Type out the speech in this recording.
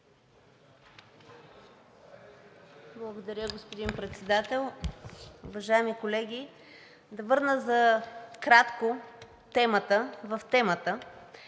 Благодаря, господин Председател. Уважаеми колеги! Да върна за кратко темата в темата